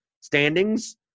standings